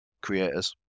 creators